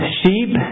sheep